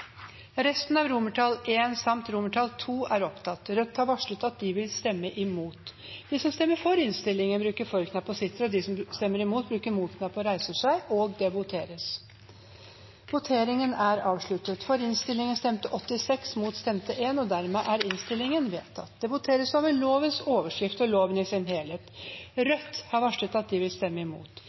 resten av I samt II. Rødt har varslet at de vil stemme imot. Det voteres over lovens overskrift og loven i sin helhet. Rødt har varslet at de vil stemme imot.